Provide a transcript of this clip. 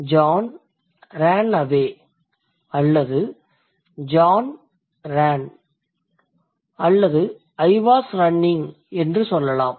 John ran away or John ran or I was running என்று சொல்லலாம்